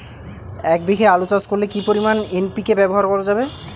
এক বিঘে আলু চাষ করলে কি পরিমাণ এন.পি.কে ব্যবহার করা যাবে?